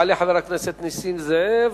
יעלה חבר הכנסת נסים זאב,